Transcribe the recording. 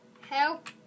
Help